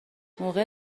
موقع